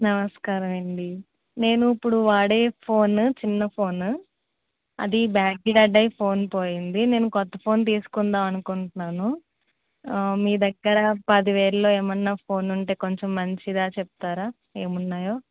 నమస్కారమండి నేను ఇప్పుడు వాడే ఫోను చిన్న ఫోను అది బ్యాటరీ డెడ్ అయ్యి ఫోన్ పోయింది నేను కొత్త ఫోన్ తీస్కుందాం అనుకుంటున్నాను మీ దగ్గిర పది వేల్లో ఎమన్నా ఫోన్ ఉంటే కొంచం మంచిగా చెప్తారా ఏమున్నాయో